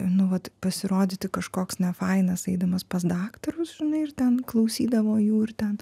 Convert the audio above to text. nu vat pasirodyti kažkoks nefainas eidamas pas daktarus žinai ir ten klausydavo jų ir ten